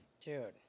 dude